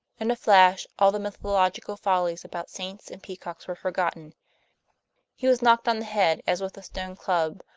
in a flash all the mythological follies about saints and peacocks were forgotten he was knocked on the head, as with a stone club,